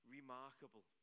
Remarkable